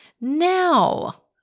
Now